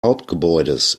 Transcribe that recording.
hauptgebäudes